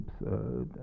absurd